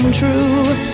True